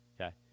okay